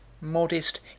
modest